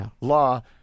law